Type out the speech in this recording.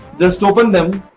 just open them.